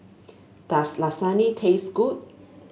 does Lasagne taste good